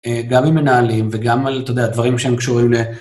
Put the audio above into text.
גם עם מנהלים וגם על, אתה יודע, דברים שהם קשורים ל...